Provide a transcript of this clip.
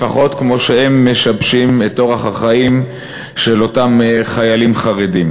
לפחות כמו שהם משבשים את אורח החיים של אותם חיילים חרדים,